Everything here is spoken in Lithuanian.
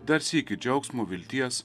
dar sykį džiaugsmo vilties